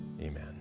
Amen